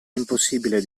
impossibile